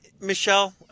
Michelle